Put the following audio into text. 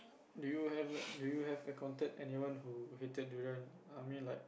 do you have do you have encountered anyone who hated durian I mean like